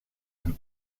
and